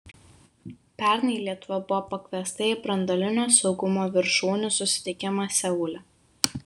pernai lietuva buvo pakviesta į branduolinio saugumo viršūnių susitikimą seule